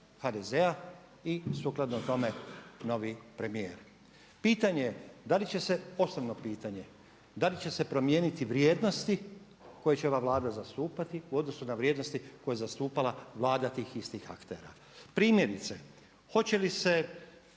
HDZ-a i sukladno tome novi premijer. Pitanje je da li će se, osnovno pitanje, da li će se promijeniti vrijednosti koje će ova Vlada zastupati u odnosu na vrijednosti koje je zastupala Vlada tih istih aktera. Primjerice, hoće li se